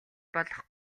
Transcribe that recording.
болох